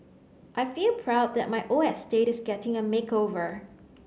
I feel proud that my old estate is getting a makeover